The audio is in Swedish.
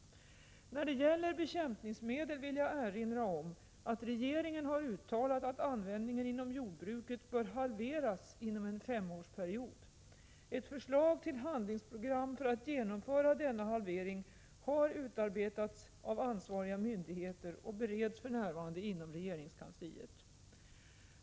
När det gäller bekämpningsmedel vill jag erinra om att regeringen har uttalat att användningen inom jordbruket bör halveras inom en femårsperiod. Ett förslag till handlingsprogram för att genomföra denna halvering har utarbetats av ansvariga myndigheter och bereds för närvarande inom regeringskansliet.